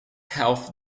health